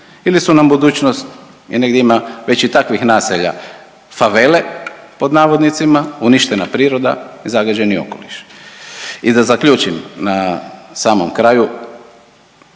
ili su nam budućnost jer negdje ima već i takvih naselja favele pod navodnicima, uništena priroda i zagađeni okoliš. I da zaključim. Na samom kraju